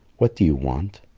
what do you want?